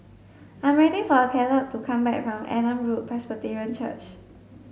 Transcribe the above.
I'm waiting for Kaleb to come back from Adam Road Presbyterian Church